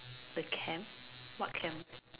the camp what camp